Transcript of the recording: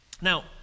Now